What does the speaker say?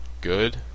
good